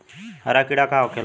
हरा कीड़ा का होखे ला?